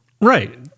Right